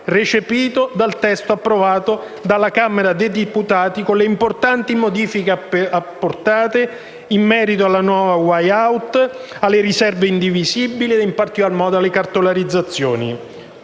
recepito dal testo approvato dalla Camera dei deputati con le importanti modifiche apportate in merito alla nuova *way out,* alle riserve indivisibili e, in particolare, alle cartolarizzazioni.